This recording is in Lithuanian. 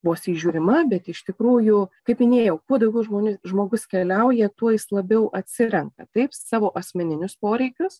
vos įžiūrima bet iš tikrųjų kaip minėjau kuo daugiau žmonių žmogus keliauja tuo jis labiau atsirenka taip savo asmeninius poreikius